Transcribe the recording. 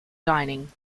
dining